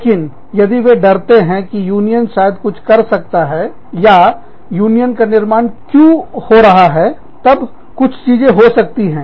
लेकिन यदि वे डरते हैं कि यूनियन शायद कुछ कर सकता है या यूनियन का निर्माण क्यों हो रहा है तब कुछ चीजें हो सकती है